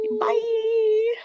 Bye